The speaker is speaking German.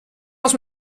aus